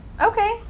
Okay